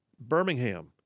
Birmingham